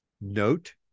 note